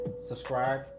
subscribe